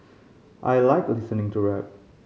I like listening to rap